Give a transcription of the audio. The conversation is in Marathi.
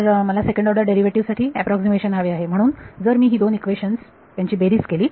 तर मला सेकंड ऑर्डर डेरिव्हेटिव्ह साठी अॅप्रॉक्सीमेशन हवे आहे म्हणून जर मी ही दोन इक्वेशन्स ची बेरीज केली